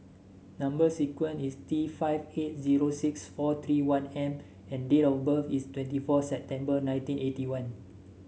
number sequence is T five eight zero six four three one M and date of birth is twenty four September nineteen eighty one